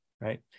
right